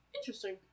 Interesting